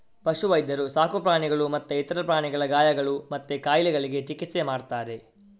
ಪಶು ವೈದ್ಯರು ಸಾಕು ಪ್ರಾಣಿಗಳು ಮತ್ತೆ ಇತರ ಪ್ರಾಣಿಗಳ ಗಾಯಗಳು ಮತ್ತೆ ಕಾಯಿಲೆಗಳಿಗೆ ಚಿಕಿತ್ಸೆ ಮಾಡ್ತಾರೆ